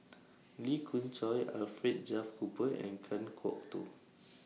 Lee Khoon Choy Alfred Duff Cooper and Kan Kwok Toh